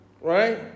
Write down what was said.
right